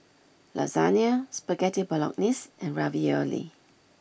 Lasagna Spaghetti Bolognese and Ravioli